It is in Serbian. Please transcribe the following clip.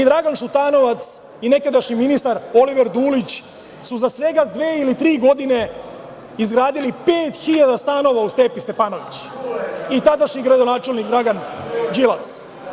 Dragan Šutanovac i nekadašnji ministar Oliver Dulić, su za svega dve ili tri godine izgradili 5.000 stanova u „Stepi Stepanović“ i tadašnji gradonačelnik Dragan Đilas.